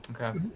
Okay